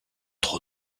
trop